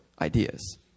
ideas